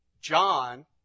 John